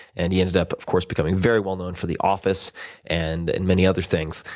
and he ended up, of course, becoming very well known for the office and and many other things.